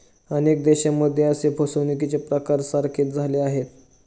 अनेक देशांमध्ये असे फसवणुकीचे प्रकार सारखेच झाले आहेत